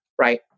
right